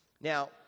Now